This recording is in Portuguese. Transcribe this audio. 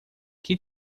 que